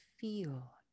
feel